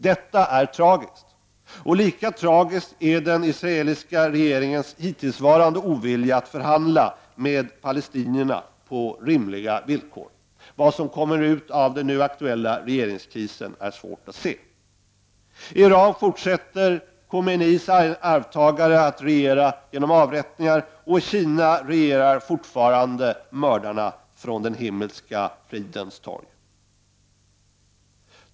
Detta är tragiskt, och lika tragiskt är det att den israeliska regeringen hittills har visat ovilja att förhandla med palestinierna på rimliga villkor. Vad den nu aktuella regeringskrisen utmynnar i är svårt att förutse. I Irak fortsätter Khomeinis arvtagare att regera genom avrättningar, och i Kina regerar fortfarande mördarna från Himmelska fridens torg.